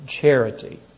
charity